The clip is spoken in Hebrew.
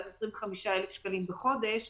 עד 25,000 שקלים בחודש,